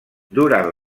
duran